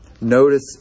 notice